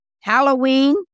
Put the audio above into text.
Halloween